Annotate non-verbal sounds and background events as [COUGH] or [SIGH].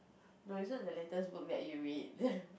no it's not the latest book that you read [LAUGHS]